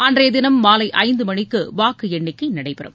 அன்றைய தினம் மாலை ஐந்து மணிக்கு வாக்கு எண்ணிக்கை நடைபெறும்